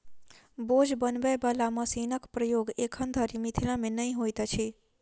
बोझ बनबय बला मशीनक प्रयोग एखन धरि मिथिला मे नै होइत अछि